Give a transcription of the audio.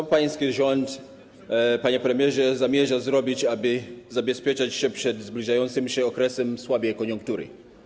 Co pański rząd, panie premierze, zamierza zrobić, aby zabezpieczyć się przed zbliżającym się okresem słabej koniunktury?